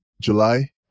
July